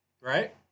Right